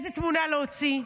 איזו תמונה להוציא.